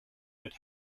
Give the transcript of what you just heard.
that